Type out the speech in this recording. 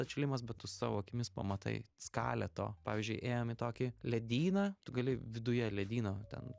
atšilimas bet tu savo akimis pamatai skalę to pavyzdžiui ėjom į tokį ledyną tu gali viduje ledyno ten